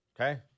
okay